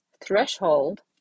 threshold